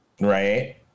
right